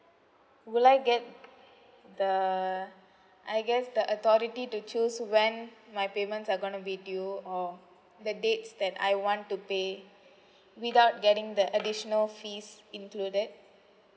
will I get the I guess the authority to choose when my payments are gonna be due or the dates that I want to pay without getting the additional fees included